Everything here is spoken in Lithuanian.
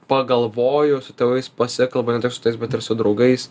pagalvoju su tėvais pasikalbu ne tik su tėvais bet ir su draugais